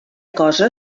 cosa